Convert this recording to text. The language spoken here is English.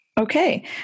Okay